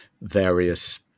various